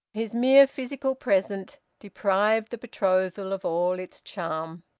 his mere physical present deprived the betrothal of all its charm.